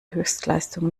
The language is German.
höchstleistung